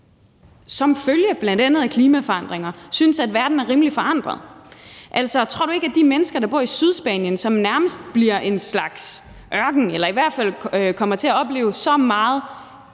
som følge af klimaforandringer, synes, at verden er rimelig forandret? Tror du ikke, at de mennesker, der bor i Sydspanien, som nærmest bliver en slags ørken, eller hvor man i hvert fald kommer til at opleve så meget